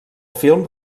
film